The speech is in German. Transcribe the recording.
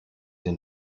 denn